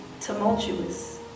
tumultuous